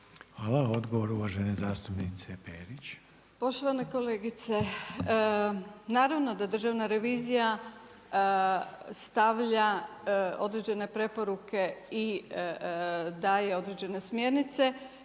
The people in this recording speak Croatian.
Hvala. Odgovor uvažene zastupnice Perić. **Perić, Grozdana (HDZ)** Poštovana kolegice, naravno da državna revizija stavlja određene preporuke i da je određene smjernice.